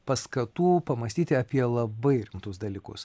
paskatų pamąstyti apie labai rimtus dalykus